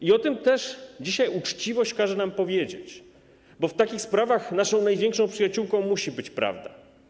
I o tym też dzisiaj uczciwość każe nam powiedzieć, bo w takich sprawach naszą największą przyjaciółką musi być prawda.